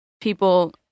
people